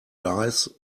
dice